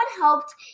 helped